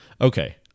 Okay